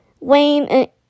Wayne